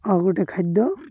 ଆଉ ଗୋଟେ ଖାଦ୍ୟ